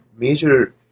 major